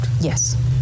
yes